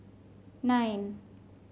nine